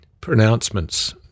pronouncements